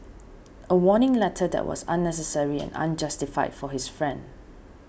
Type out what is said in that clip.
a warning letter that was unnecessary and unjustified for his friend